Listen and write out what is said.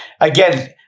Again